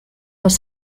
los